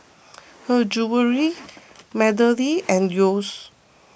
Her Jewellery MeadowLea and Yeo's